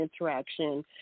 interaction